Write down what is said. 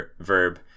verb